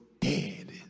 dead